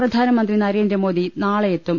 പ്രധാന മന്ത്രി നരേന്ദ്രമോദി നാളെയെത്തും